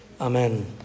Amen